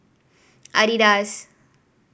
Adidas